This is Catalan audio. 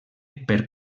per